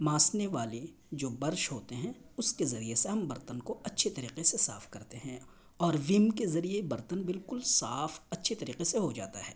ماسنے والے جو برش ہوتے ہیں اس کے ذریعہ سے ہم برتن کو اچھی طریقے سے صاف کرتے ہیں اور ون کے ذریعے برتن بالکل صاف اچھی طریقے سے ہو جاتا ہے